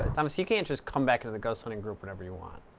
thomas, you can't just come back into the ghost hunting group whenever you want.